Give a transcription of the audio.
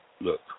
look